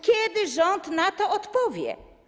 Kiedy rząd na to odpowie?